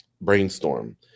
brainstorm